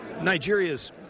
Nigeria's